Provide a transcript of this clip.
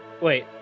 Wait